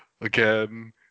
again